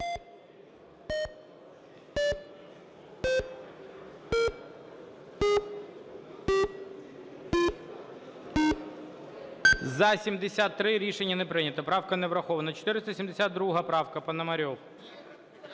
За-73 Рішення не прийнято. Правка не врахована. 472 правка, Пономарьов.